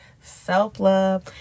self-love